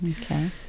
Okay